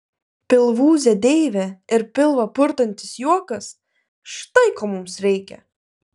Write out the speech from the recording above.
pilvūzė deivė ir pilvą purtantis juokas štai ko mums reikia